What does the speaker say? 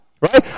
right